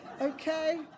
okay